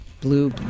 Blue